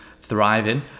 thriving